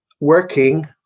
working